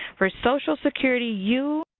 for social security you,